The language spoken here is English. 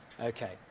Okay